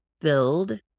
build